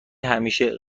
همیشه